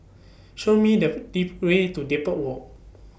Show Me The Way to Depot Walk